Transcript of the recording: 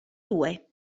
due